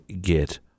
get